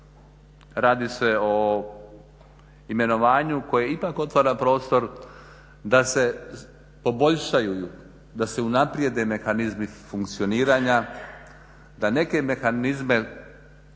radi se o imenovanju koje ipak otvara prostor da se poboljšaju, da se unaprijede mehanizmi funkcioniranja, da neke mehanizme